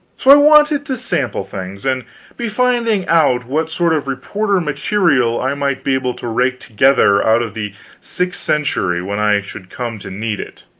so i wanted to sample things, and be finding out what sort of reporter-material i might be able to rake together out of the sixth century when i should come to need it.